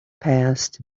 passed